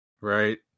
Right